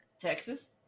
Texas